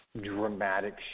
dramatic